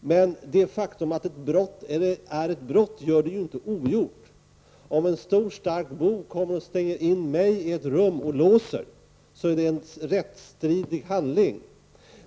Men det faktum att ett brott är ett brott gör det inte ogjort. Om en stark bov stänger in mig i ett rum och låser är det en rättstridig handling.